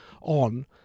on